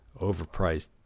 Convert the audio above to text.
overpriced